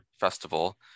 festival